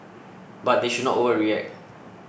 but they should not overreact